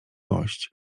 gość